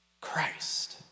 Christ